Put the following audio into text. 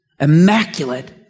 immaculate